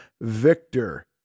Victor